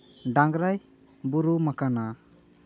ᱰᱟᱝᱨᱟᱭ ᱵᱩᱨᱩᱢᱟᱠᱟᱱᱟ